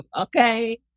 okay